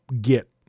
get